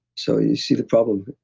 so you see the problem.